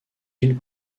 îles